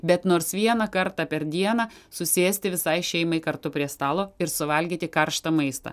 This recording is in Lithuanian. bet nors vieną kartą per dieną susėsti visai šeimai kartu prie stalo ir suvalgyti karštą maistą